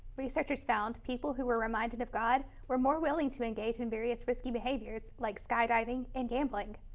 researchers found people who were reminded of god were more willing to engage in various risky behaviors like skydiving and gambling.